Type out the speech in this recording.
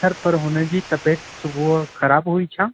sir पर हुन जी तबियत सुबुह ख़राबु हुई छा